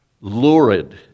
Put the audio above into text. lurid